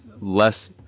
less